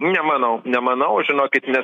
nemanau nemanau žinokit ne